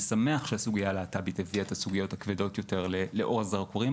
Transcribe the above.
אני שמח שהסוגיה הלהט"בית הביאה את הסוגיות הכבדות יותר לאור הזרקורים,